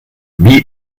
wie